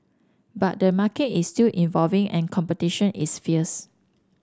but the market is still evolving and competition is fierce